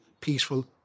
peaceful